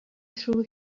threw